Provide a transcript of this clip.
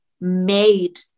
made